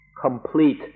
complete